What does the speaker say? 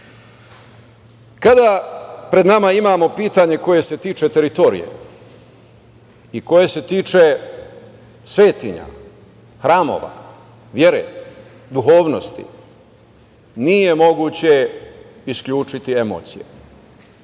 pred nama imamo pitanje koje se tiče teritorije i koje se tiče svetinja, hramova, vere, duhovnosti, nije moguće isključiti emocije.